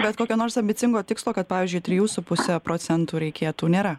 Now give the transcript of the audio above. bet kokio nors ambicingo tikslo kad pavyzdžiui trijų su puse procentų reikėtų nėra